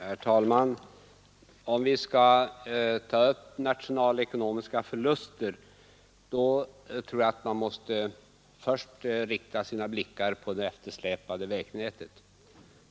Herr talman! Om vi skall ta upp frågan om nationalekonomiska förluster tror jag att vi först måste rikta våra blickar på det eftersläpande vägnätet.